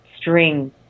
string